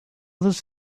this